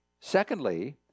Secondly